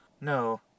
No